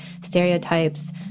stereotypes